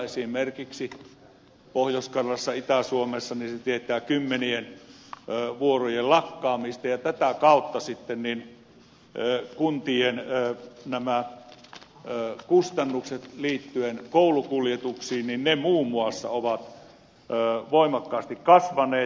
esimerkiksi pohjois karjalassa itä suomessa se tietää kymmenien vuorojen lakkaamista ja tätä kautta kuntien kustannukset liittyen muun muassa koulukuljetuksiin ovat voimakkaasti kasvaneet